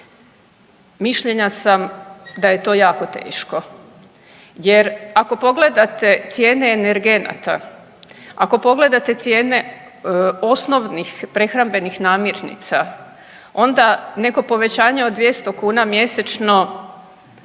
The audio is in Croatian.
Mišljenja sam da je to jako teško jer ako pogledate cijene energenata, ako pogledate cijene osnovnih prehrambenih namirnica onda neko povećanje od 200 kuna mjesečno